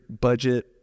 budget